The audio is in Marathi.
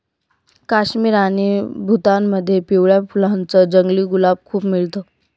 काश्मीर आणि भूतानमध्ये पिवळ्या फुलांच जंगली गुलाब खूप मिळत